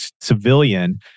civilian